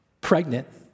pregnant